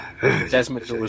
Desmond